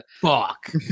fuck